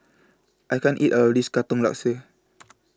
I can't eat All of This Katong Laksa